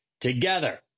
together